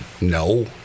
No